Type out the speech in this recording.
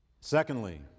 Secondly